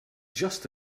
just